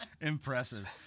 Impressive